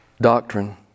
doctrine